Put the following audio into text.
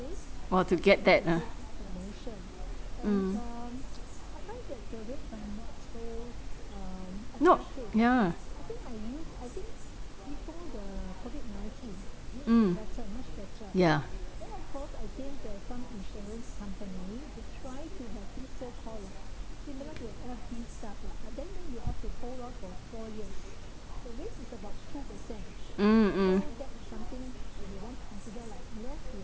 more to get that ah mm not yeah mm yeah mm mm